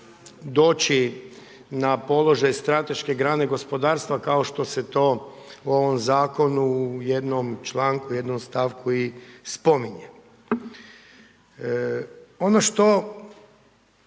doći na položaj strateške grane gospodarstva kao što se to u ovom zakonu u jednom članku, u jednom stavku i spominje. Ono što